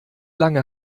lange